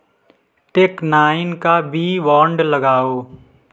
take nine का बी वोंड लगाओ